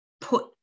put